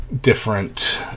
different